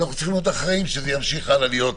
אנחנו צריכים להיות אחראים כדי שזה יימשך ככה.